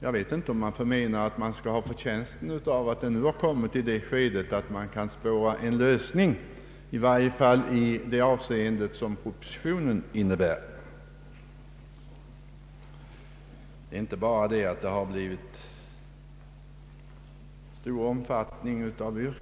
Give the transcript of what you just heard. Jag vet inte om de vill ha förtjänsten av att frågan nu har kommit i det skedet att man nu kan spåra en lösning, i varje fall i de avseenden som propositionen gäller. Det är emellertid inte bara det att yrkandena har fått en stor omfattning.